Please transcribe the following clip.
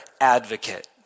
Advocate